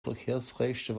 verkehrsreichsten